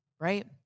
right